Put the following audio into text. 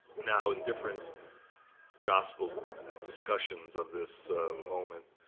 now, in different gospel discussions of this moment,